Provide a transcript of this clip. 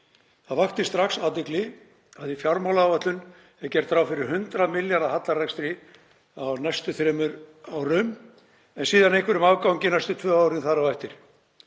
Það vakti strax athygli að í fjármálaáætlun er gert ráð fyrir 100 milljarða hallarekstri á næstu þremur árum en síðan einhverjum afgangi næstu tvö árin þar á eftir.